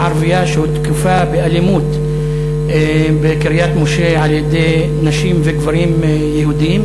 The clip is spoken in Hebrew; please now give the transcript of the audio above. ערבייה שהותקפה באלימות בקריית-משה על-ידי נשים וגברים יהודים,